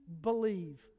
believe